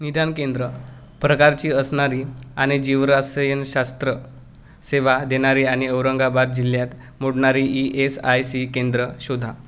निदान केंद्र प्रकारची असणारी आणि जीव रसायनशास्त्र सेवा देणारी आणि औरंगाबाद जिल्ह्यात मोडणारी ई एस आय सी केंद्रं शोधा